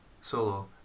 solo